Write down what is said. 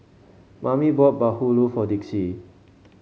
Mammie bought bahulu for Dixie